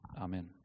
Amen